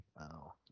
Wow